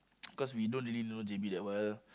cause we don't really know J)B that well